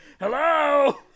hello